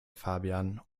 fabian